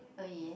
oh yeah